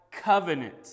covenant